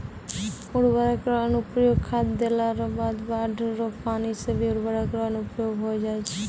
उर्वरक रो अनुप्रयोग खाद देला रो बाद बाढ़ रो पानी से भी उर्वरक रो अनुप्रयोग होय जाय छै